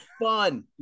fun